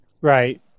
Right